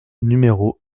numéro